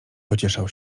pocieszał